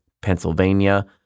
Pennsylvania